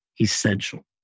essential